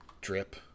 Drip